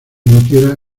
emitiera